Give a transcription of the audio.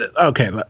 Okay